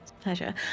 pleasure